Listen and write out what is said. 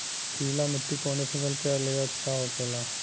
पीला मिट्टी कोने फसल के लिए अच्छा होखे ला?